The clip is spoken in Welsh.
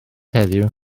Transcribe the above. heddiw